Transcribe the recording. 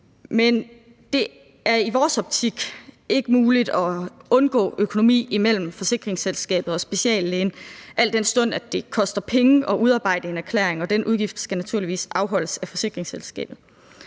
Men det er i vores optik ikke muligt at undgå økonomi imellem forsikringsselskabet og speciallægen, al den stund det koster penge at udarbejde en erklæring, og den udgift skal naturligvis afholdes af forsikringsselskabet.